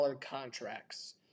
contracts